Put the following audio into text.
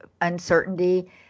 uncertainty